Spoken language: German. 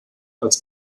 als